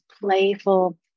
playful